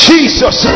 Jesus